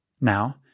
now